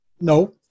No